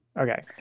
okay